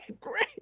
great